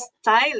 style